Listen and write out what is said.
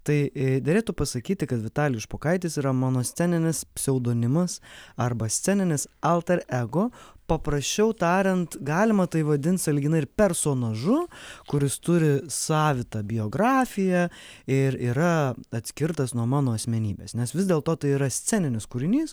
tai derėtų pasakyti kad vitalijus špokaitis yra mano sceninis pseudonimas arba sceninis alter ego paprasčiau tariant galima tai vadint sąlyginai ir personažu kuris turi savitą biografiją ir yra atskirtas nuo mano asmenybės nes vis dėl to tai yra sceninis kūrinys